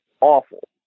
Awful